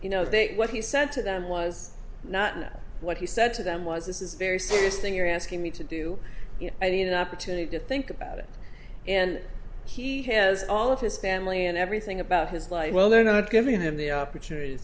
you know they what he said to them was not what he said to them was this is a very serious thing you're asking me to do i need an opportunity to think about it and he has all of his family and everything about his life well they're not giving him the opportunity to